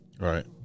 right